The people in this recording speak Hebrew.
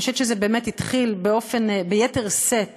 אני חושבת שזה באמת התחיל ביתר שאת